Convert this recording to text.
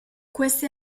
questi